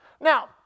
Now